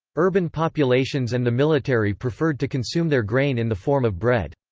urban populations and the military preferred to consume their grain in the form of bread.